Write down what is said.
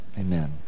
Amen